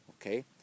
Okay